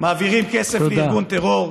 מעבירים כסף לארגון טרור,